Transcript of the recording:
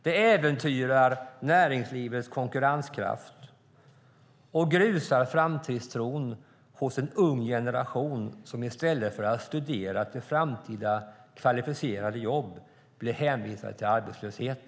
Det äventyrar näringslivets konkurrenskraft och grusar framtidstron hos en ung generation som i stället för att studera till framtida kvalificerade jobb blir hänvisade till arbetslöshet.